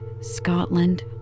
Scotland